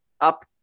up